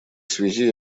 связи